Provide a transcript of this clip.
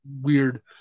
weird